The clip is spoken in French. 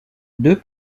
deux